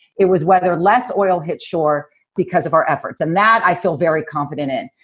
it was whether less oil hit shore because of our efforts and that i feel very confident in.